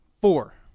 Four